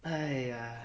!haiya!